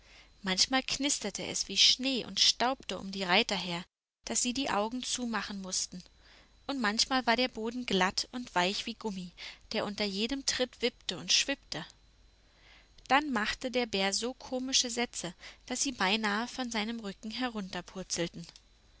manchmal knisterte es wie schnee und staubte um die reiter her daß sie die augen zumachen mußten und manchmal war der boden glatt und weich wie gummi der unter jedem tritt wippte und schwippte dann machte der bär so komische sätze daß sie beinahe von seinem rücken